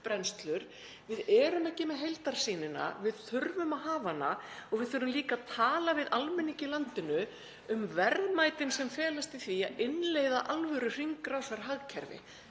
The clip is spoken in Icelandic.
Við erum ekki með heildarsýnina. Við þurfum að hafa hana og við þurfum líka að tala við almenning í landinu um verðmætin sem felast í því að innleiða alvöruhringrásarhagkerfi